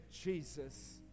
Jesus